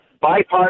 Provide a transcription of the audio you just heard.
bipartisan